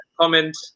comment